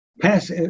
pass